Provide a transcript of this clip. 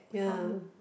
ya